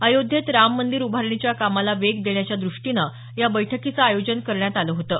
अयोध्येत राम मंदीर उभारणीच्या कामाला वेग देण्याच्या द्रष्टीनं या बैठकीचं आयोजन करण्यात आलं होतं